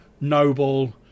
noble